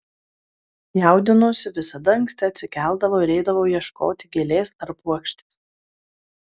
jaudinausi visada anksti atsikeldavau ir eidavau ieškoti gėlės ar puokštės